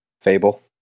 Fable